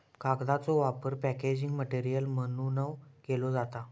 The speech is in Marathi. कागदाचो वापर पॅकेजिंग मटेरियल म्हणूनव केलो जाता